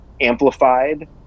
amplified